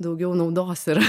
daugiau naudos yra